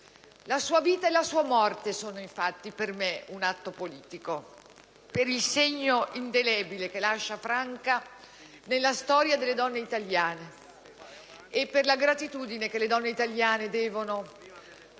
La sua vita e la sua morte sono, infatti, per me un atto politico, per il segno indelebile che lascia Franca nella storia delle donne italiane e per la gratitudine che le donne italiane debbono